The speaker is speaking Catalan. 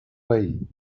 veí